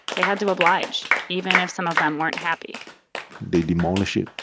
they had to oblige even if some of them weren't happy they demolish it.